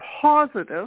positive